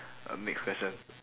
uh next question